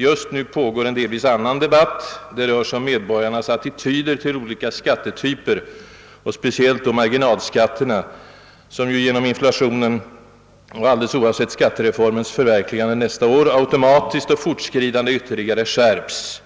Just nu pågår en delvis annan debatt — den rör sig om medborgarnas attityder till olika skattetyper och speciellt då marginalskatterna, som genom inflationen och alldeles oavsett skattereformens förverkligande nästa år automatiskt och = fortskridande ytterligare skärps.